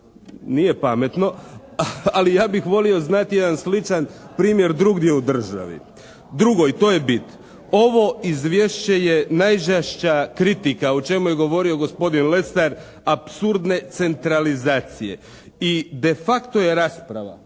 Nije pametno, ali ja bih volio znati jedan sličan primjer drugdje u državi. Drugo i to je bit, ovo izvješće je najžešća kritika o čemu je govorio gospodin Lesar apsurdne centralizacije i de facto je rasprava,